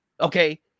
okay